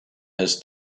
has